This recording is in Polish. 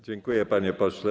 Dziękuję, panie pośle.